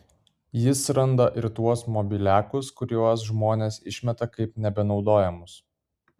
jis randa ir tuos mobiliakus kuriuos žmonės išmeta kaip nebenaudojamus